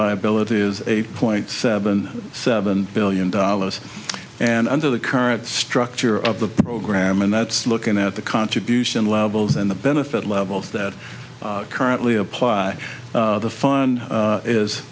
liability is eight point seven seven billion dollars and under the current structure of the program and that's looking at the contribution levels and the benefit levels that currently apply the fun